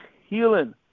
healing